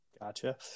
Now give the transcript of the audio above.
Gotcha